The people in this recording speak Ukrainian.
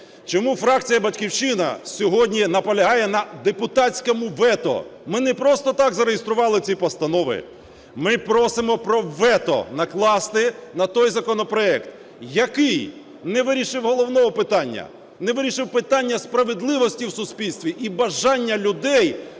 Чому фракція "Батьківщина" сьогодні наполягає на депутатському вето? Ми не просто так зареєстрували ці постанови, ми просимо вето накласти на той законопроект, який не вирішив головного питання, не вирішив питання справедливості в суспільстві і бажання людей